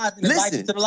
listen